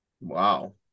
wow